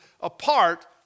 apart